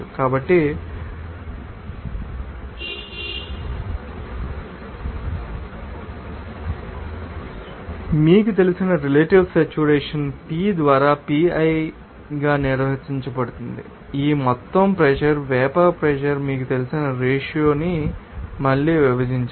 కాబట్టి మీకు తెలిసిన రెలెటివ్ సేట్యురేషన్ P ద్వారా Pi గా నిర్వచించబడింది ఆ మొత్తం ప్రెషర్ వేపర్ ప్రెషర్ మీకు తెలిసిన రేషియో ని మళ్ళీ విభజించారు